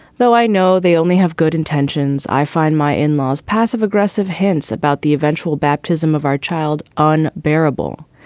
though i know they only have good intentions. i find my in-laws passive aggressive hints about the eventual baptism of our child unbearable.